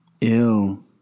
Ew